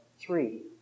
three